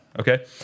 okay